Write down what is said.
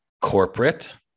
corporate